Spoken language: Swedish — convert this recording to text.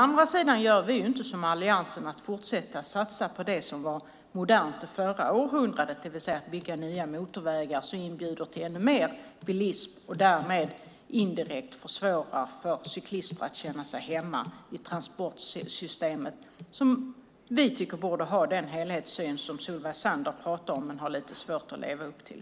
Vi gör inte som Alliansen, fortsätter att satsa på det som var modernt under förra århundradet, det vill säga bygger nya motorvägar som inbjuder till ännu mer bilism och därmed indirekt försvårar för cyklister att känna sig hemma i transportsystemet. Vi tycker att transportsystemet borde ha den helhetssyn som Solveig Zander talar om men har lite svårt att leva upp till.